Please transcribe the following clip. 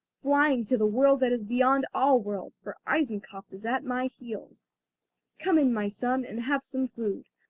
flying to the world that is beyond all worlds, for eisenkopf is at my heels come in, my son, and have some food.